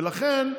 ולכן,